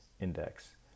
index